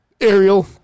Ariel